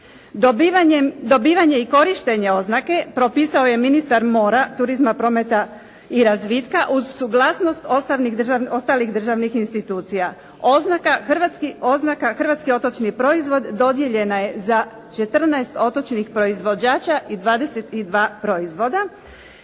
Dobivanje i korištenje oznake propisao je ministar mora, turizma, prometa i razvitka uz suglasnost ostalih državnih institucija. Oznaka Hrvatski otočni proizvod dodijeljena je 14 otočnih proizvođača i 22 proizvoda.